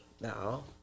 No